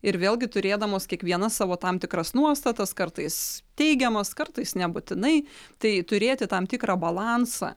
ir vėlgi turėdamos kiekviena savo tam tikras nuostatas kartais teigiamas kartais nebūtinai tai turėti tam tikrą balansą